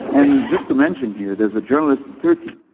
and just to mention here, there's a journalist in turkey,